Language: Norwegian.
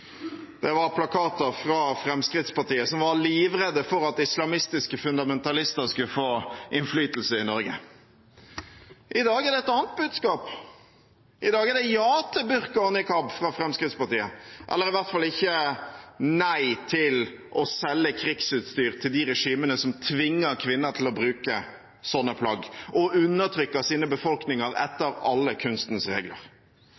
Det var plakater fra Fremskrittspartiet, som var livredde for at islamistiske fundamentalister skulle få innflytelse i Norge. I dag er det et annet budskap. I dag er det ja til burka og niqab fra Fremskrittspartiet, eller i hvert fall ikke nei til å selge krigsutstyr til de regimene som tvinger kvinner til å bruke sånne plagg, og undertrykker sine befolkninger etter alle kunstens regler.